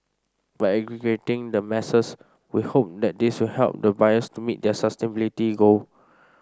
by aggregating the masses we hope that this will help the buyers to meet their sustainability goal